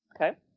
Okay